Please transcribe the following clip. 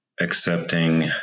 accepting